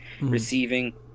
receiving